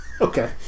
Okay